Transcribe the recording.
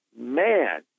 Man